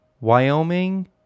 Wyoming